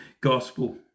gospel